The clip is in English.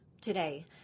today